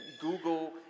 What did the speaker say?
Google